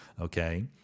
okay